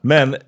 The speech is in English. Men